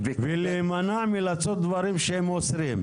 ולהימנע מלצוד דברים שהם אוסרים.